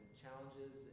challenges